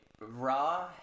raw